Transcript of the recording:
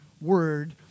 word